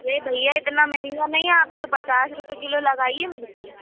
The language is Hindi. अरे भैया इतना महंगा नहीं आप तो पचास रुपये किलो लगाइए मिर्ची